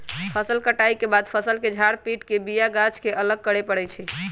फसल कटाइ के बाद फ़सल के झार पिट के बिया गाछ के अलग करे परै छइ